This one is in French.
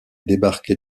débarqués